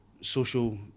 social